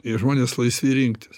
ir žmonės laisvi rinktis